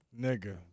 Nigga